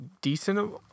decent